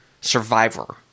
survivor